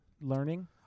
learning